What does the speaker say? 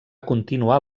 continuar